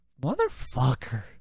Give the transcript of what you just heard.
motherfucker